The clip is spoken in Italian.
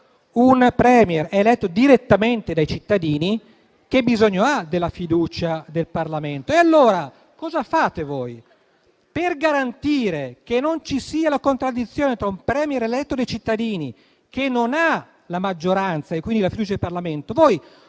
un *Premier* è eletto direttamente dai cittadini, che bisogno ha della fiducia del Parlamento? E allora cosa fate voi per garantire che non ci siano contraddizioni tra un *Premier* eletto dai cittadini che non ha la maggioranza e quindi la fiducia del Parlamento?